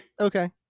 Okay